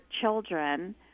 children